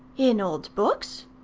in old books?